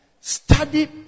Study